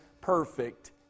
perfect